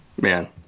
man